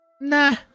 nah